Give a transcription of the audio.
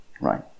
right